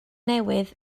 newydd